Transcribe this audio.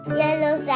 yellow